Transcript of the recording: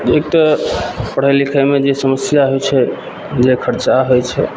एक तऽ पढ़य लिखयमे जे समस्या होइ छै जे खर्चा होइ छै